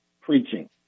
preaching